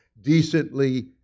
decently